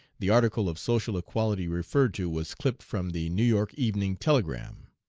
the article of social equality referred to was clipped from the new york evening telegram.